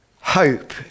Hope